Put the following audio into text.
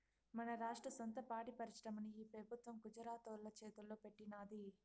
మన రాష్ట్ర సొంత పాడి పరిశ్రమని ఈ పెబుత్వం గుజరాతోల్ల చేతల్లో పెట్టినాది